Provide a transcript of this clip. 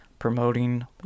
promoting